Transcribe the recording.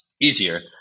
easier